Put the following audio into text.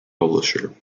publisher